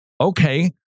Okay